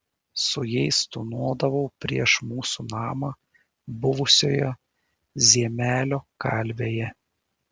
su jais tūnodavau prieš mūsų namą buvusioje ziemelio kalvėje